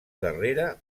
darrere